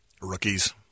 Rookies